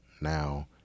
now